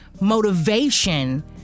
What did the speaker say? motivation